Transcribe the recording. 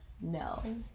no